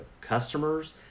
customers